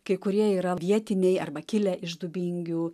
kai kurie yra vietiniai arba kilę iš dubingių